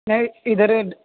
میں ادھر